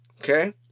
okay